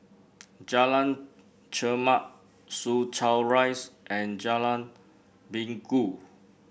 Jalan Chermat Soo Chow Rise and Jalan Minggu